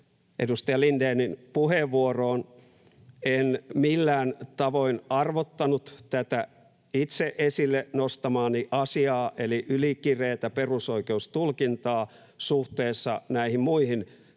edustaja Lindénin puheenvuoroon. En millään tavoin arvottanut tätä itse esille nostamaani asiaa, eli ylikireätä perusoikeustulkintaa, suhteessa näihin muihin tässä